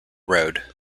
road